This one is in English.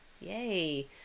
Yay